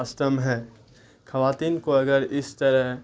استمبھ ہیں خواتین کو اگر اس طرح